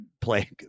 play